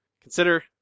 consider